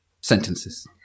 Sentences